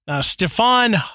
Stefan